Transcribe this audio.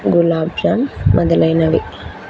గులాబ్ జామున్ మొదలైనవి